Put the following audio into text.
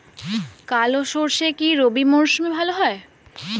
কালো সরষে কি রবি মরশুমে ভালো হয়?